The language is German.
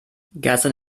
geistern